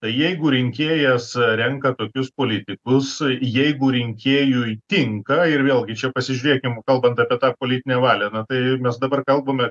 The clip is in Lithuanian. tai jeigu rinkėjas renka tokius politikus jeigu rinkėjui tinka ir vėlgi čia pasižiūrėkim kalbant apie tą politinę valią na tai mes dabar kalbame